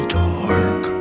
dark